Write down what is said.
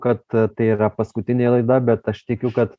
kad tai yra paskutinė laida bet aš tikiu kad